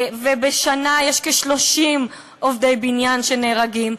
ובשנה יש כ-30 עובדי בניין שנהרגים,